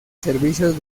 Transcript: servicios